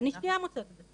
אני שנייה אמצא את זה.